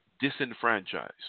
Disenfranchised